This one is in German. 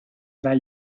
drei